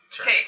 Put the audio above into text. Okay